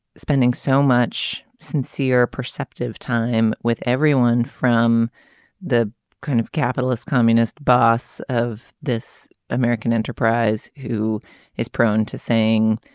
spending so much sincere perceptive time with everyone from the kind of capitalist communist boss of this american enterprise who is prone to saying